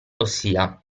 ossia